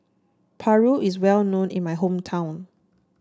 Paru is well known in my hometown